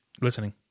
listening